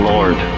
Lord